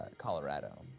colorado.